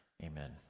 Amen